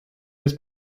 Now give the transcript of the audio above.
his